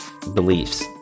beliefs